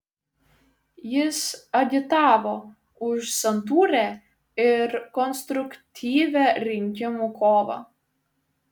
jis agitavo už santūrią ir konstruktyvią rinkimų kovą